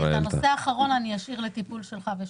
ואת הנושא האחרון אני אשאיר לטיפול שלך ושלי.